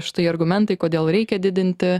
štai argumentai kodėl reikia didinti